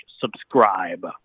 subscribe